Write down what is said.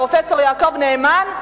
פרופסור יעקב נאמן,